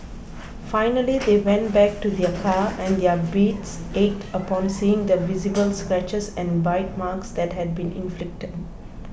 finally they went back to their car and their hearts ached upon seeing the visible scratches and bite marks that had been inflicted